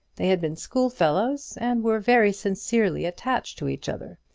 they had been schoolfellows, and were very sincerely attached to each other.